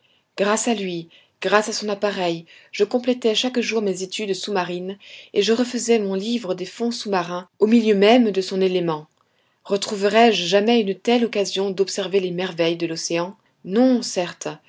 grâce à lui grâce à son appareil je complétais chaque jour mes études sous-marines et je refaisais mon livre des fonds sous-marins au milieu même de son élément retrouverais je jamais une telle occasion d'observer les merveilles de l'océan non certes